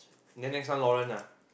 then next time Lauren ah